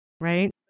right